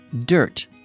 dirt